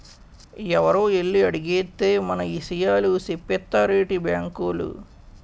ఎవరో ఎల్లి అడిగేత్తే మన ఇసయాలు సెప్పేత్తారేటి బాంకోలు?